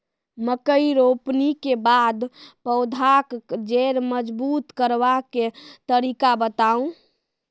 मकय रोपनी के बाद पौधाक जैर मजबूत करबा के तरीका बताऊ?